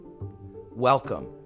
welcome